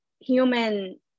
human